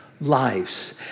lives